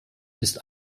ist